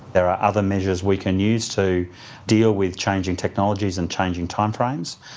there are other measures we can use to deal with changing technologies and changing timeframes.